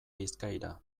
bizkaira